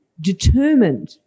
determined